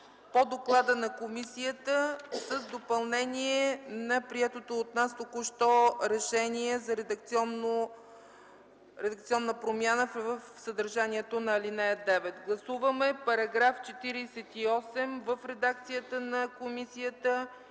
по доклада на комисията, с допълнение на приетото току-що решение за редакционна промяна в съдържанието на ал. 9. Гласуваме § 48 в редакцията на комисията